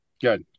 good